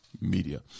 Media